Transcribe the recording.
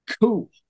Cool